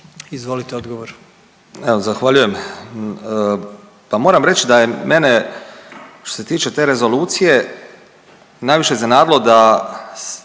Izvolite odgovor.